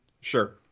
Sure